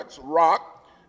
rock